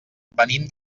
venim